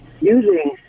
Using